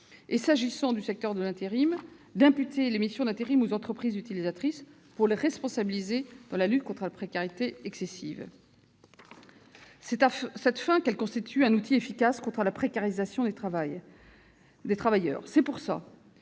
et, s'agissant du secteur de l'intérim, imputer les missions d'intérim aux entreprises utilisatrices pour les responsabiliser dans la lutte contre la précarité excessive. C'est parce qu'elle constitue un outil efficace contre la précarisation des travailleurs que le